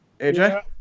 AJ